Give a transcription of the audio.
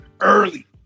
early